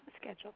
schedule